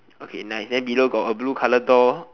okay nice then below got a blue colour door